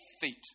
feet